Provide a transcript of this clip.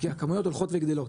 כי הכמויות הולכות וגדלות,